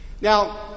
Now